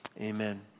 amen